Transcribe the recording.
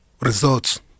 results